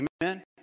amen